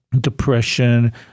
depression